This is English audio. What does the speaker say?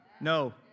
No